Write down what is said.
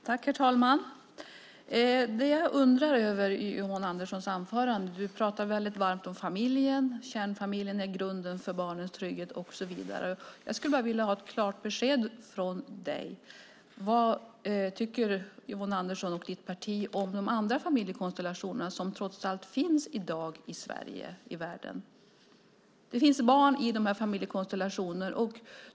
Herr talman! Det är en sak jag undrar över i Yvonne Anderssons anförande. Hon pratar väldigt varmt om familjen. Kärnfamiljen är grunden för barnets trygghet och så vidare. Jag skulle vilja ha ett klart besked: Vad tycker Yvonne Andersson och hennes parti om de andra familjekonstellationer som trots allt finns i dag i Sverige och i världen? Det finns barn i de här familjekonstellationerna.